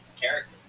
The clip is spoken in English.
character